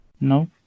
No